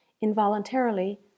involuntarily